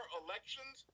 elections